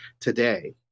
today